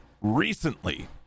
recently